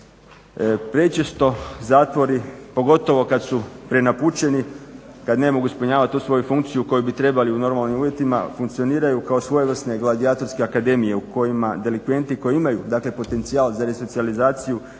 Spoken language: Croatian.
Prečesto zatvori pogotovo kad su prenapučeni, kad ne mogu ispunjavat tu svoju funkciju koju bi trebali u normalnim uvjetima, funkcioniraju kao svojevrsne gladijatorske akademije u kojima delikventi koji imaju dakle potencijal za resocijalizaciju